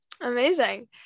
Amazing